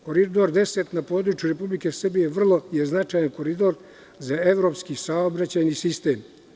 Koridor 10 na području Republike Srbije je vrlo značajan koridor za evropski saobraćajni sistem.